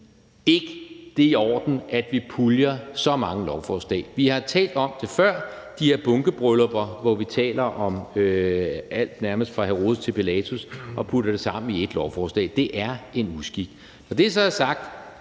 ikke, det er i orden, at vi puljer så mange lovforslag. Vi har talt om det før: de her bunkebryllupper, hvor vi taler om alt nærmest fra Herodes til Pilatus og putter det sammen i et lovforslag. Det er en uskik. Når det så er sagt,